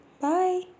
Bye